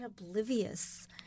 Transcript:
oblivious